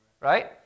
right